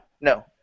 No